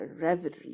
reverie